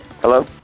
Hello